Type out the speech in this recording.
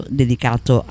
dedicato